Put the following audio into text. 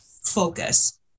focus